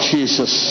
Jesus